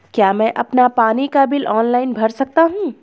क्या मैं अपना पानी का बिल ऑनलाइन भर सकता हूँ?